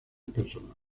personales